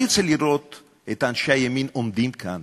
אני רוצה לראות את אנשי הימין עומדים כאן